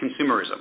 consumerism